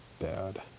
bad